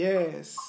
Yes